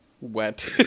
wet